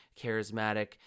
charismatic